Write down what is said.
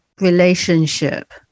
relationship